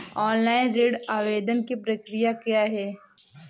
Online ऋण आवेदन की प्रक्रिया क्या है?